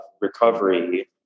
recovery